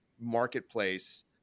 marketplace